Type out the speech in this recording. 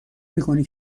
میکنی